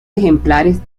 ejemplares